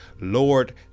Lord